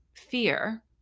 Fear